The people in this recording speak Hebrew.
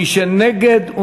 מי שנגד,